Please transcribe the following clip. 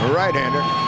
right-hander